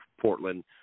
Portland